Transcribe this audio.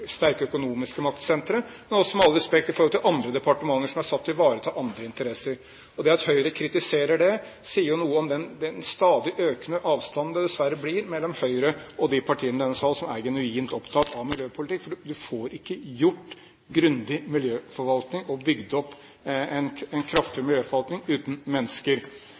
sterke økonomiske maktsentre, men også, med all respekt, i forhold til andre departementer som er satt til å ivareta andre interesser. Det at Høyre kritiserer det, sier noe om den stadig økende avstanden det dessverre blir mellom Høyre og de partiene i denne salen som er genuint opptatt av miljøpolitikk, for en får ikke gjort grundig miljøforvaltning og bygd opp en kraftfull miljøforvaltning uten mennesker.